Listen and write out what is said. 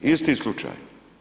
Isti slučaj.